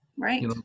Right